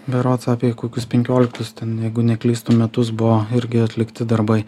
berods apie kokius penkioliktus ten jeigu neklystu metus buvo irgi atlikti darbai